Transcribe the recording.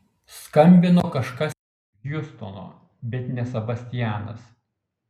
skambino kažkas iš hjustono bet ne sebastianas